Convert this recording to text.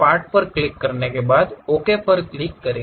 part पर click करें फिर ok पर क्लिक करें